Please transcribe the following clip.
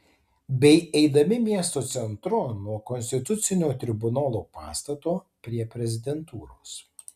bei eidami miesto centru nuo konstitucinio tribunolo pastato prie prezidentūros